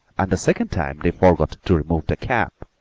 and the second time they forgot to remove the cap.